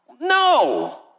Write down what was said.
No